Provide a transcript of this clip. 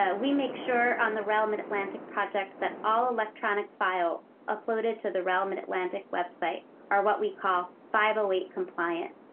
ah we make sure on the rel mid-atlantic projects that all electronic files uploaded to the rel mid-atlantic website are what we call five hundred eight compliant.